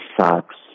sucks